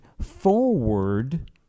forward